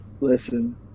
Listen